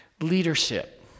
Leadership